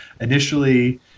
Initially